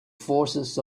forces